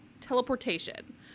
teleportation